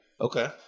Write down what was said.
Okay